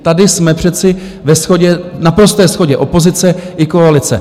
Tady jsme přece ve shodě, v naprosté shodě, opozice i koalice.